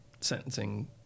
sentencing